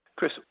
Chris